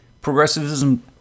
progressivism